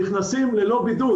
נכנסים ללא בידוד,